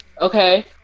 okay